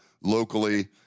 locally